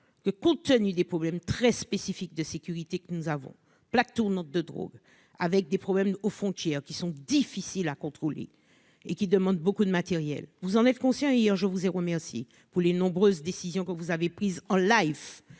que, compte tenu des problèmes très spécifiques de sécurité que nous avons, plaque tournante de drogue avec des problèmes aux frontières qui sont difficiles à contrôler et qui demande beaucoup de matériel, vous en êtes conscient hier, je vous ai remercié pour les nombreuses décisions que vous avez prise en Live